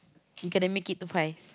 you gonna make it to five